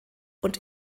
und